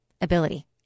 ability